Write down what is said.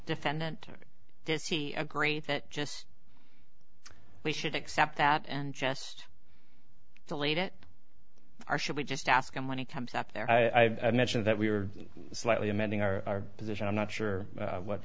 defendant does he agree that just we should accept that and just delete it or should we just ask him when he comes up there i mentioned that we were slightly amending our position i'm not sure what what